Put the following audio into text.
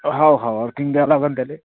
हो हो अर्थिंग द्यायला लागेल त्याला